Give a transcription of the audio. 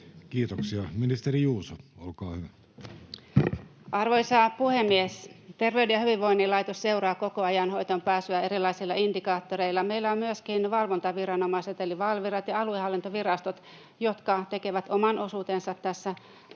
sd) Time: 16:16 Content: Arvoisa puhemies! Terveyden ja hyvinvoinnin laitos seuraa koko ajan hoitoonpääsyä erilaisilla indikaattoreilla. Meillä on myöskin valvontaviranomaiset eli Valvira ja aluehallintovirastot, jotka tekevät oman osuutensa tässä työssä.